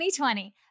2020